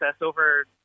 over